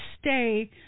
stay